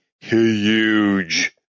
huge